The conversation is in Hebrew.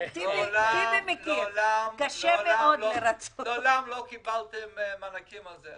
מעולם לא קיבלתם מענקים על זה.